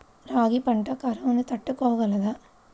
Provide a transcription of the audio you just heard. రాగి పంట కరువును తట్టుకోగలదా?